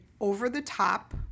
over-the-top